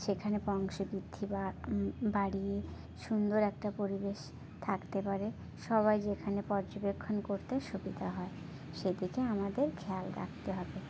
সেখানে বংশবৃদ্ধি বা বাড়িয়ে সুন্দর একটা পরিবেশ থাকতে পারে সবাই যেখানে পর্যবেক্ষণ করতে সুবিধা হয় সে দিকে আমাদের খেয়াল রাখতে হবে